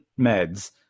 meds